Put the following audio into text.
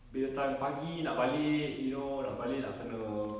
bila time pagi nak balik you know nak balik nak kena